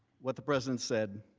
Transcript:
what the president said.